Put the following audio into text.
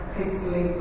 hastily